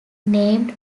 named